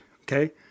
okay